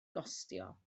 gostio